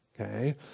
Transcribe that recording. Okay